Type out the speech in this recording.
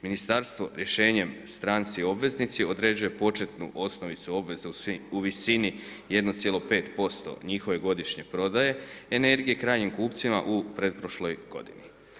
Ministarstvo rješenjem stranci obveznici određuje početnu osnovicu obveze u visini 1,5% njihove godišnje prodaje energije krajnjim kupcima u pretprošloj godini.